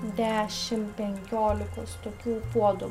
dešim penkiolikos tokių puodų